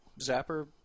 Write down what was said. zapper